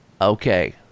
Okay